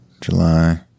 July